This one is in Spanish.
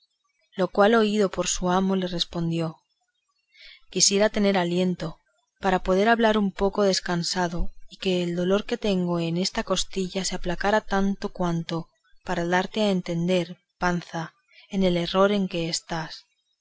lo cual oído por su amo le respondió quisiera tener aliento para poder hablar un poco descansado y que el dolor que tengo en esta costilla se aplacara tanto cuanto para darte a entender panza en el error en que estás